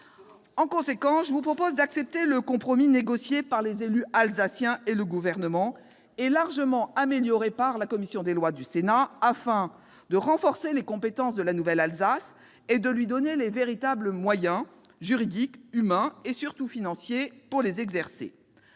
collègues, je vous propose d'accepter le compromis négocié par les élus alsaciens et le Gouvernement et largement amélioré par le Sénat, afin non seulement de renforcer les compétences de la nouvelle Alsace et de lui donner les véritables moyens juridiques, humains et surtout financiers pour les exercer,